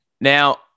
Now